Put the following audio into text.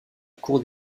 cour